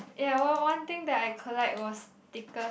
ya one one one thing that I collect was stickers